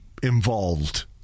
involved